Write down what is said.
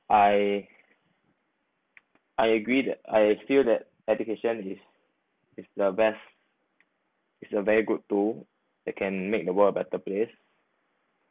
I I agree that I feel that education is is the best is a very good tool that can make the world a better place